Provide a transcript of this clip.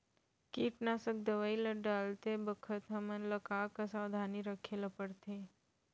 कीटनाशक दवई ल डालते बखत हमन ल का का सावधानी रखें ल पड़थे?